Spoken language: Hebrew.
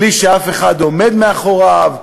בלי שאף אחד עומד מאחוריו,